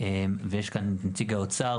יש כאן את נציג האוצר,